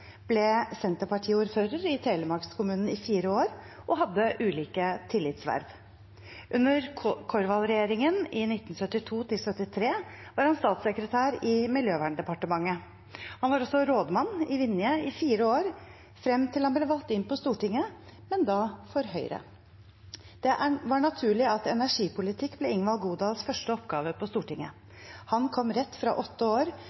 ble Senterparti-ordfører i Telemarks-kommunen i fire år, og hadde ulike tillitsverv. Under Korvald-regjeringen 1972–73 var han statssekretær i Miljøverndepartementet. Han var også rådmann i Vinje i fire år frem til han ble valgt inn på Stortinget, men da for Høyre. Det var naturlig at energipolitikk ble Ingvald Godals første oppgave på Stortinget. Han kom rett fra åtte år